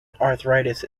arthritis